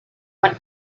what